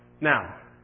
Now